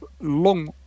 long